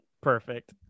Perfect